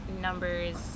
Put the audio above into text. numbers